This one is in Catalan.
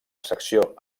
secció